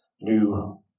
new